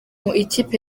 ikipe